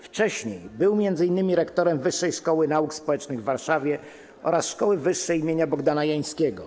Wcześniej był m.in. rektorem Wyższej Szkoły Nauk Społecznych w Warszawie oraz Szkoły Wyższej im. Bogdana Jańskiego.